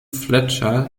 fletcher